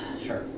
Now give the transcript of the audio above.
sure